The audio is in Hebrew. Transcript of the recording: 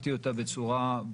הצגתי את המדיניות בצורה ברורה,